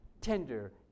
tender